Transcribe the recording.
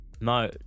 No